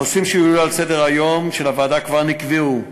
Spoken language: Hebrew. הנושאים שנקבע כי יועלו על סדר-היום של הוועדה הקבועה והם: